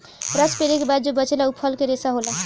रस पेरे के बाद जो बचेला उ फल के रेशा होला